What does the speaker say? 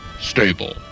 stable